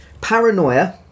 Paranoia